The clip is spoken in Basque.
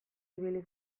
ibili